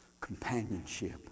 companionship